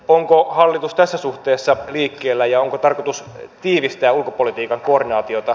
onko hallitus tässä suhteessa liikkeellä ja onko tarkoitus tiivistää ulkopolitiikan koordinaatiota